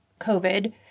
COVID